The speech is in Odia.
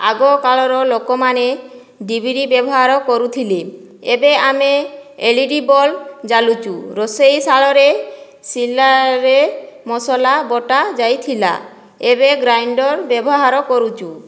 ଆଗ କାଳର ଲୋକମାନେ ଡିବିରି ବ୍ୟବହାର କରୁଥିଲେ ଏବେ ଆମେ ଏଲ୍ଇଡ଼ି ବଲ୍ବ ଜାଳୁଛୁ ରୋଷେଇଶାଳରେ ଶିଳରେ ମସଲା ବଟା ଯାଉଥିଲା ଏବେ ଗ୍ରାଇଣ୍ଡର ବ୍ୟବହାର କରୁଛୁ